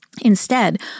Instead